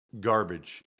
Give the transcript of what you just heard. garbage